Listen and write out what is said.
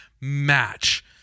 Match